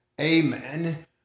amen